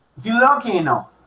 you're lucky enough